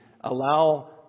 allow